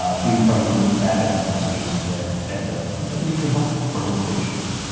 ah if we can cover the roots back up in those cases, that's that's a major help for those patients.